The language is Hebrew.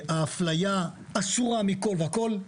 האפליה אסורה מכל וכל.